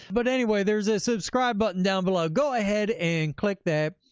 but anyway, there's a subscribe button down below. go ahead and click that.